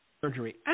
surgery